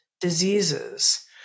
diseases